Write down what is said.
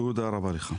תודה רבה לך.